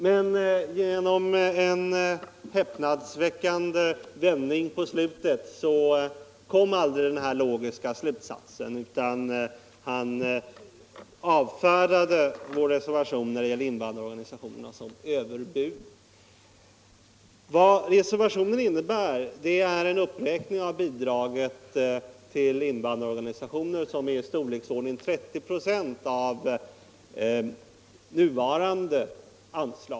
Men genom en häpnadsväckande vändning på slutet kom aldrig denna logiska slutsats, utan herr Göransson avfärdade vår reservation beträffande invandrarorganisationerna såsom överbud. Reservationen innebär en uppräkning av det nuvarande anslaget till invandrarorganisationerna med ytterligare 30 96.